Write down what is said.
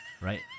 Right